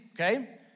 okay